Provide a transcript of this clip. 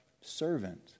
servant